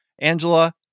Angela